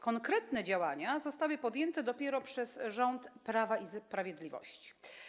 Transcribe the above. Konkretne działania zostały podjęte dopiero przez rząd Prawa i Sprawiedliwości.